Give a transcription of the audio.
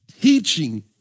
teaching